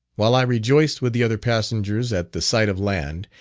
while i rejoiced with the other passengers at the sight of land,